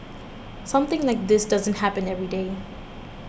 something like this doesn't happen every day